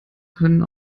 können